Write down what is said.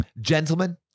Gentlemen